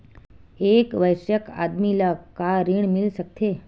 एक वयस्क आदमी ला का ऋण मिल सकथे?